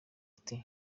ati